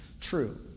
true